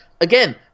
again